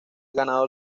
ganador